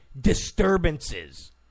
disturbances